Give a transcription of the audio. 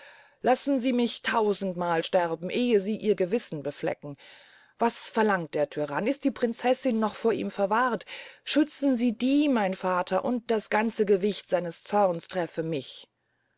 lassen sie mich tausendmal sterben ehe sie ihr gewissen beflecken was verlangt der tyrann ist die prinzessin noch vor ihm bewahrt schützen sie die mein vater und das ganze gewicht seines zorns treffe mich